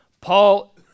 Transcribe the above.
Paul